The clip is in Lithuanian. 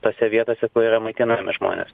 tose vietose kur yra maitinami žmonės